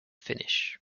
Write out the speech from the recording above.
finish